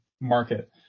market